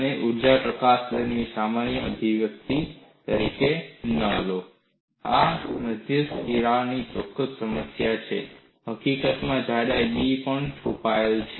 આને ઊર્જા પ્રકાશન દરની સામાન્ય અભિવ્યક્તિ તરીકે ન લો આ મધ્યસ્થ તિરાડની ચોક્કસ સમસ્યા માટે છે હકીકતમાં જાડાઈ B પણ છુપાયેલ છે